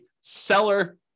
seller